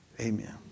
Amen